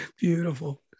Beautiful